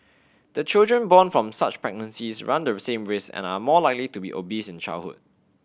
the children born from such pregnancies run the same risk and are more likely to be obese in childhood